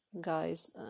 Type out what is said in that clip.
guys